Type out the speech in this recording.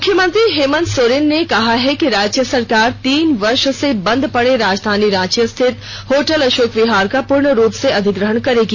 मुख्यमंत्री हेमन्त सोरेन ने कहा है कि राज्य सरकार तीन वर्ष से बंद पड़े राजधानी रांची स्थित होटल अषोक विहार का पूर्ण रुप से अधिग्रहण करेगी